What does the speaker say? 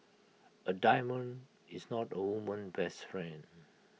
A diamond is not A woman's best friend